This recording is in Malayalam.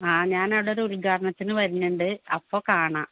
ആ ഞാൻ അവിടൊരു ഉൽഘാടനത്തിനു വരുന്നുണ്ട് അപ്പോൾ കാണാം